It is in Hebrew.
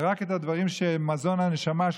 ורק את הדברים שהם מזון לנשמה,